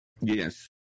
Yes